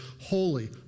holy